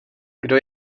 kdo